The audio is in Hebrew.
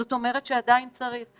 זאת אומרת שבאמת צריך לעשות את זה.